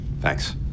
Thanks